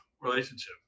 Relationship